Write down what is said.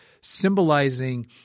symbolizing